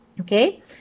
okay